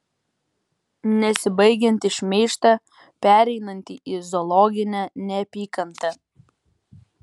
nesibaigiantį šmeižtą pereinantį į zoologinę neapykantą